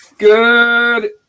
Good